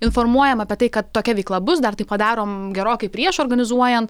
informuojam apie tai kad tokia veikla bus dar tai padarom gerokai prieš organizuojant